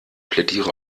plädiere